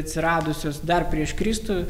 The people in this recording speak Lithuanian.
atsiradusios dar prieš kristų